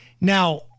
Now